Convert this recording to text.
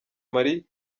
mali